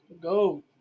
Go